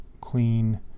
clean